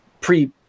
pre